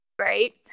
right